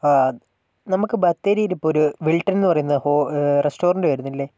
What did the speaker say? ആ നമുക്ക് ബത്തേരിയിലിപ്പം ഒരു വിൽട്ടൺ എന്ന് പറയുന്ന ഹോ റസ്റ്റോറൻറ് വരുന്നില്ലെ